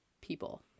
people